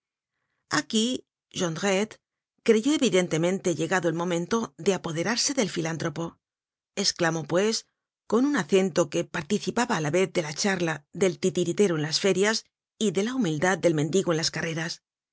aquí jondrette creyó evidentemente llegado el momento de apoderarse del filántropo esclamó pues con un acento que participaba á la vez de la charla del titiritero en las ferias y de la humildad del mendigo en las carreteras